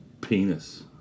Penis